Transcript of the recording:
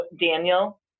Daniel